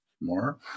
More